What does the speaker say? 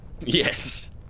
Yes